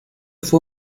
fue